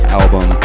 album